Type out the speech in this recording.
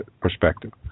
perspective